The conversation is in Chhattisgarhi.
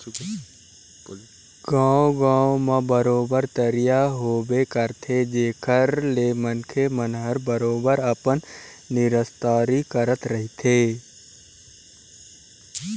गाँव गाँव म बरोबर तरिया होबे करथे जेखर ले मनखे मन ह बरोबर अपन निस्तारी करत रहिथे